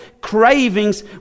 cravings